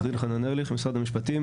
עורך דין חנן ארליך ממשרד המשפטים,